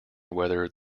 whether